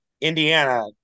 Indiana